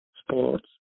Sports